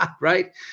right